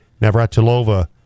Navratilova